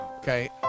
Okay